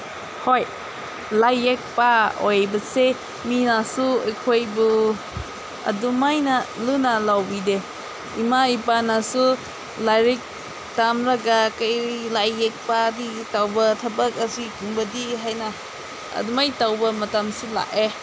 ꯍꯣꯏ ꯂꯥꯏ ꯌꯦꯛꯄ ꯑꯣꯏꯕꯁꯦ ꯃꯤꯅꯁꯨ ꯑꯩꯈꯣꯏꯕꯨ ꯑꯗꯨꯃꯥꯏꯅ ꯂꯨꯅ ꯂꯧꯕꯤꯗꯦ ꯏꯃꯥ ꯏꯄꯥꯅꯁꯨ ꯂꯥꯏꯔꯤꯛ ꯇꯝꯂꯒ ꯀꯔꯤ ꯂꯥꯏ ꯌꯦꯛꯄꯗꯤ ꯇꯧꯕ ꯊꯕꯛ ꯑꯁꯤꯒꯨꯝꯕꯗꯤ ꯍꯥꯏꯅ ꯑꯗꯨꯃꯥꯏꯅ ꯇꯧꯕ ꯃꯇꯝꯁꯨ ꯂꯥꯛꯑꯦ